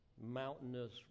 Mountainous